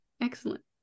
Excellent